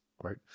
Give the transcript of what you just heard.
right